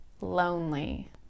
lonely